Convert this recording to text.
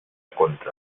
contra